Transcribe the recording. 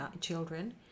children